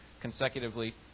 consecutively